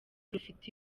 rufite